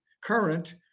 current